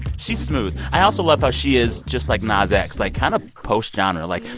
she's smooth. i also love how she is just like nas x, like kind of post-genre. like,